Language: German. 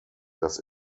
dass